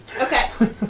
Okay